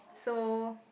so